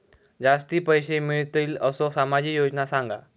जास्ती पैशे मिळतील असो सामाजिक योजना सांगा?